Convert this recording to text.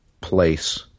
place